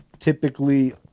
Typically